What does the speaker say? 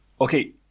okay